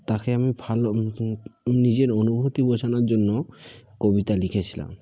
তাকে আমি ভালো নিজের অনুভূতি বোঝানোর জন্য কবিতা লিখেছিলাম